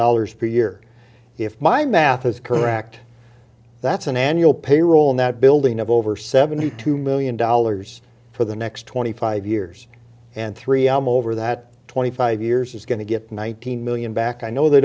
dollars per year if my math is correct that's an annual payroll in that building of over seventy two million dollars for the next twenty five years and three i'm over that twenty five years is going to get one thousand million back i know they